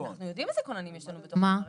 אנחנו יודעים איזה כוננים יש לנו בתוך המערכת.